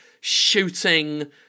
shooting